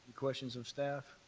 questions of staff?